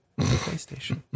PlayStation